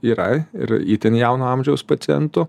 yra ir itin jauno amžiaus pacientų